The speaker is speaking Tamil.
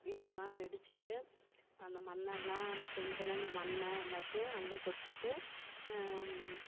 வீட்டெல்லாம் இடிச்சிவிட்டு அந்த மண்ணெல்லாம் அந்த செங்கல் அந்த மண்ணை எல்லாத்தையும் அள்ளி கொட்டிவிட்டு